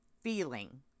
feeling